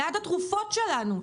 ליד התרופות שלנו,